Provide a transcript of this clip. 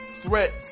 threat